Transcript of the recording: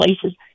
places